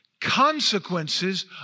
Consequences